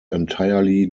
entirely